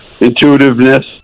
intuitiveness